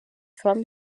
from